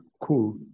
cool